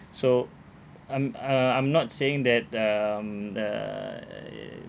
so I'm uh I'm not saying that um uh